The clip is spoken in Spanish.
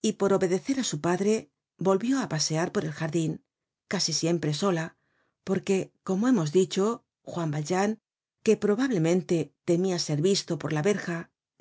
y por obedecer á su padre volvió á pasear por el jardin casi siempre sola porque como hemos dicho juan valjean que probablemente temia ser visto por la verja